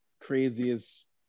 craziest